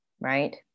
right